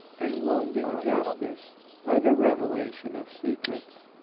and wounding justice by the revelation of secrets.